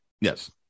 Yes